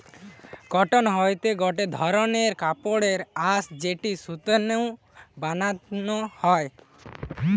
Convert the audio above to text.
cotton হতিছে গটে ধরণের কাপড়ের আঁশ যেটি সুতো নু বানানো হয়